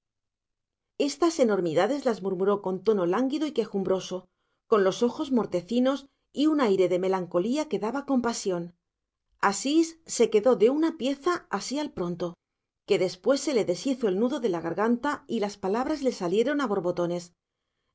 estas enormidades las murmuró con tono lánguido y quejumbroso con los ojos mortecinos y un aire de melancolía que daba compasión asís se quedó de una pieza así al pronto que después se le deshizo el nudo de la garganta y las palabras le salieron a borbotones